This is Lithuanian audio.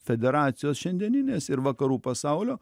federacijos šiandieninės ir vakarų pasaulio